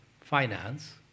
finance